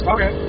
Okay